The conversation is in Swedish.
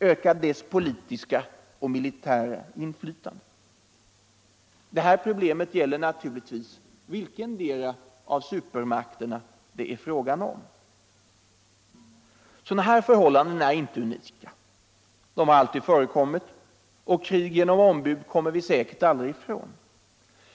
öka dess politiska och militära inflytande. Problemet är naturligtvis detsamma vilkendera av supermakterna det är fråga om. Sådana förhållanden är inte unika. De har alltid förekommit. Krig genom ombud kommer vi säkert aldrig ifrån.